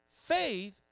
Faith